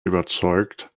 überzeugt